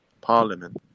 parliament